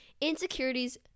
insecurities